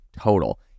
total